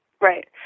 right